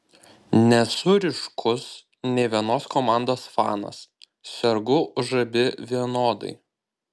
nesu ryškus nė vienos komandos fanas sergu už abi vienodai